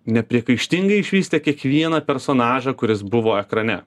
nepriekaištingai išvystė kiekvieną personažą kuris buvo ekrane